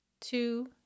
two